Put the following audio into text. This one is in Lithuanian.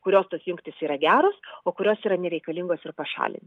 kurios tos jungtys yra geros o kurios yra nereikalingos ir pašalin